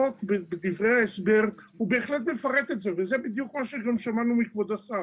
דברי ההסבר מפרטים את זה וזה מה ששמענו מכבוד השר.